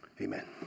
Amen